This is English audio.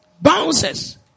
Bounces